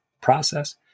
process